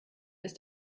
ist